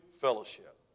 fellowship